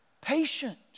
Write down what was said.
Patient